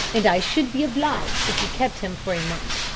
and i should be obliged if you kept him for a month.